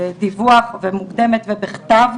דיווח מוקדמת, ובכתב.